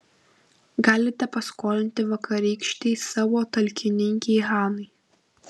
galite paskolinti vakarykštei savo talkininkei hanai